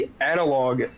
analog